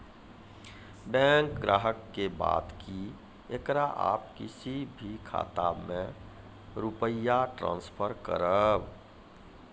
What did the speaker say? Bank ग्राहक के बात की येकरा आप किसी भी खाता मे रुपिया ट्रांसफर करबऽ?